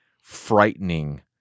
frightening